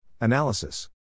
Analysis